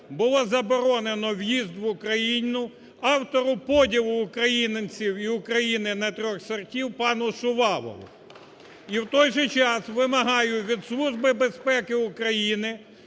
було заборонено в'їзд в Україну автора поділу українців і України на 3 сортів пану Шувалову. І в той же час вимагаю від Служби безпеки України